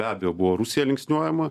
be abejo buvo rusija linksniuojama